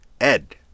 Ed